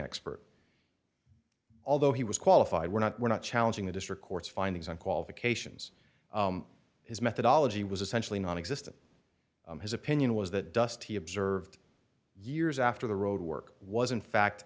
expert although he was qualified we're not we're not challenging the district court's findings on qualifications his methodology was essentially non existent his opinion was that dusty observed years after the road work was in fact